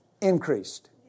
increased